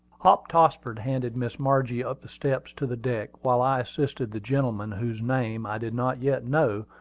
hop tossford handed miss margie up the steps to the deck, while i assisted the gentleman, whose name i did not yet know,